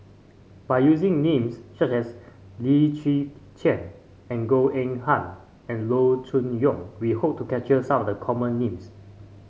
by using names such as Lim Chwee Chian and Goh Eng Han and Loo Choon Yong we hope to capture some of the common names